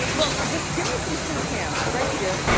look, just give me some shoe cam, right here.